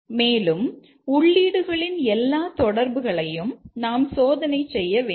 மேலும் உள்ளீடுகளின் எல்லா தொடர்புகளையும் நாம் சோதனை செய்ய வேண்டும்